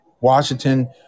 Washington